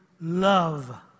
love